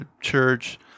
church